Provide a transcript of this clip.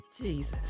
Jesus